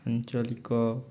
ଆଞ୍ଚଳିକ